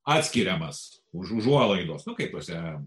atskiriamas už užuolaidos nu kaip tose